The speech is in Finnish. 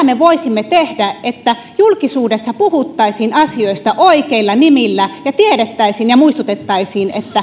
me voisimme tehdä että julkisuudessa puhuttaisiin asioista oikeilla nimillä ja tiedettäisiin ja muistutettaisiin